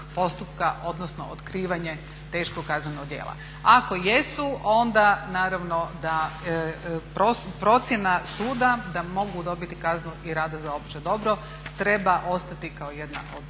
postupka odnosno otkrivanje teškog kaznenog djela. Ako jesu onda naravno da procjena suda da mogu dobiti kaznu i rada za opće dobro treba ostati kao jedna od